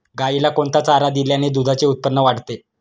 गाईला कोणता चारा दिल्याने दुधाचे उत्पन्न वाढते?